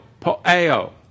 poeo